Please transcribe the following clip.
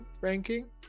ranking